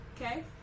Okay